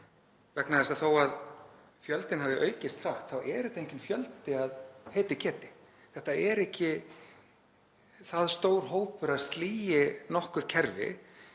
vegna þess að þótt fjöldinn hafi aukist hratt þá er þetta enginn fjöldi sem heitið getur. Þetta er ekki það stór hópur að hann sligi nokkurt kerfi